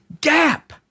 gap